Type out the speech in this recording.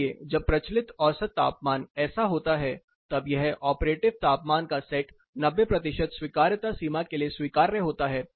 इसलिए जब प्रचलित औसत तापमान ऐसा होता है तब यह ऑपरेटिव तापमान का सेट 90 प्रतिशत स्वीकार्यता सीमा के लिए स्वीकार्य होता है